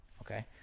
Okay